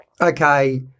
okay